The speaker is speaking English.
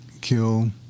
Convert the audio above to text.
kill